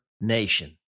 Nation